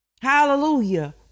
Hallelujah